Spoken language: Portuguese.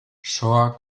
soa